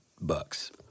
bucks